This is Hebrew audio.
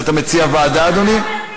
שאתה מציע ועדה, אדוני?